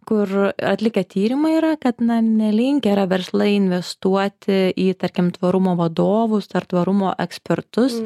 kur atlikę tyrimą yra kad na nelinkę yra verslai investuoti į tarkim tvarumo vadovus ar tvarumo ekspertus